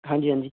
ਹਾਂਜੀ ਹਾਂਜੀ